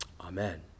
Amen